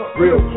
real